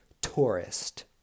tourist